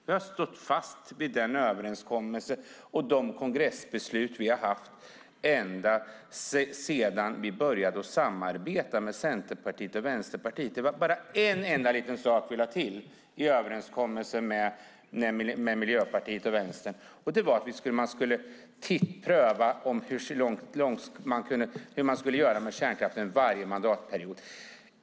Vi har stått fast vid den överenskommelse och de kongressbeslut vi haft ända sedan vi började samarbeta med Centerpartiet och Vänsterpartiet. Det var bara en enda liten sak vi lade till i överenskommelsen med Miljöpartiet och Vänsterpartiet, och det var att man skulle pröva hur vi skulle göra med kärnkraften varje mandatperiod.